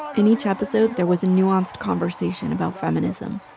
in each episode, there was a nuanced conversation about feminism.